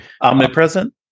Omnipresent